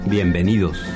Bienvenidos